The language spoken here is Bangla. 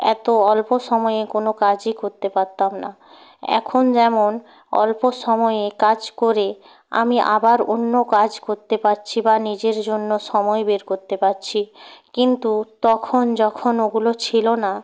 এত অল্প সময়ে কোনো কাজই করতে পারতাম না এখন যেমন অল্প সময়ে কাজ করে আমি আবার অন্য কাজ করতে পাচ্ছি বা নিজের জন্য সময় বের করতে পাচ্ছি কিন্তু তখন যখন ওগুলো ছিলো না